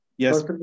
Yes